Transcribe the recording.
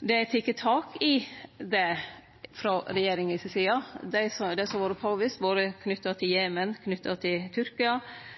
det er teke tak i det frå regjeringa si side, det som har vore påvist, har vore knytt til Jemen og til